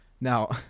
Now